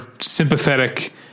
sympathetic